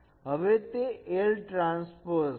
હવે તે L transpose છે